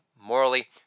morally